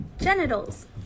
genitals